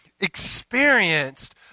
experienced